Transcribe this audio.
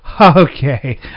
okay